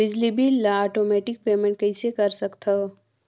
बिजली बिल ल automatic payment कइसे कर सकथव?